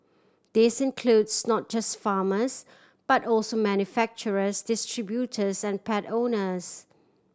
this includes not just farmers but also manufacturers distributors and pet owners